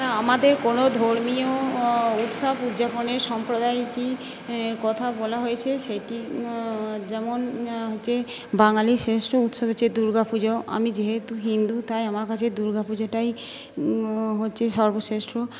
আমাদের কোনো ধর্মীয় অ উৎসব উদযাপনের সম্প্রদায়টি ইই কথা বলা হয়েছে সেটি অ যেমন অ হচ্ছে বাঙালীর শ্রেষ্ঠ উৎসব হচ্ছে দুর্গাপুজো আমি যেহেতু হিন্দু তাই আমার কাছে দুর্গাপুজোটাই হচ্ছে সর্বশ্রেষ্ঠ